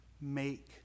make